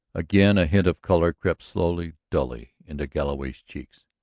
again a hint of color crept slowly, dully, into galloway's cheeks.